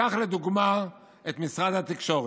ניקח לדוגמה את משרד התקשורת.